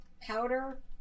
powder